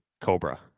Cobra